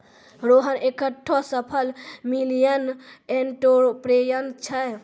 रोहन एकठो सफल millennial entrepreneur छै